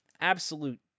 absolute